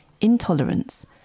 intolerance